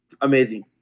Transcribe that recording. amazing